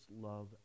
love